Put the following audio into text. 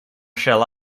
shall